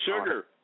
sugar